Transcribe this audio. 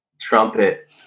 trumpet